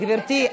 גברתי,